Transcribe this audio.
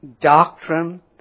doctrine